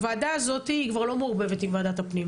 הוועדה הזאת היא כבר לא מעורבבת עם ועדת הפנים,